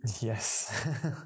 Yes